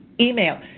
email.